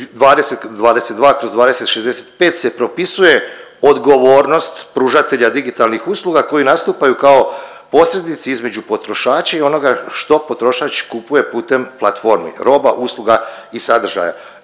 2022/2065 se propisuje odgovornost pružatelja digitalnih usluga koji nastupaju kao posrednici između potrošača i onoga što potrošač kupuje putem platformi roba, usluga i sadržaja.